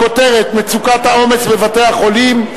בכותרת: מצוקת העומס בבתי-החולים,